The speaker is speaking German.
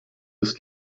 das